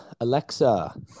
Alexa